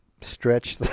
stretch